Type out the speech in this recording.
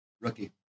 Rookie